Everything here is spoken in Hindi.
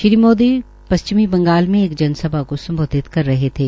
श्री मोदी ने पश्चिमी बंगाल में एक जन सभा को सम्बोधित कर रहे थे